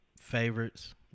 favorites